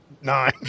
nine